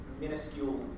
Minuscule